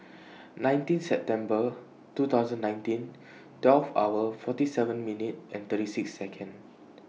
nineteen September two thousand and nineteen twelve hour forty seven minute thirty six Second